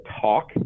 talk